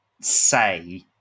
say